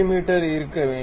me இருக்க வேண்டும்